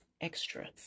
extras